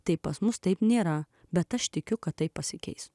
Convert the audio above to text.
tai pas mus taip nėra bet aš tikiu kad tai pasikeis